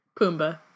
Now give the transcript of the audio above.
Pumbaa